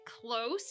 close